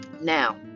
Now